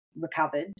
recovered